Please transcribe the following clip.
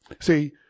See